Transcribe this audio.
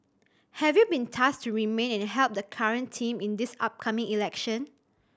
have you been tasked to remain and help the current team in this upcoming election